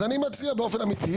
אני מציע באופן אמתי,